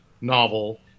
novel